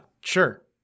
sure